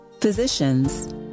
physicians